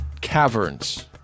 caverns